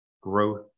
growth